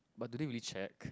but do they really check